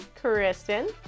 Kristen